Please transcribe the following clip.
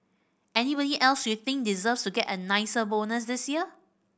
anybody else you think deserves to get a nicer bonus this year